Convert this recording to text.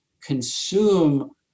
consume